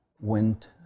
went